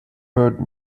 heard